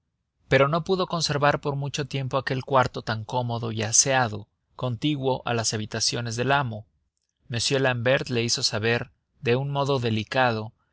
pero no pudo conservar por mucho tiempo aquel cuarto tan cómodo y aseado contiguo a las habitaciones del amo m l'ambert le hizo saber de un modo delicado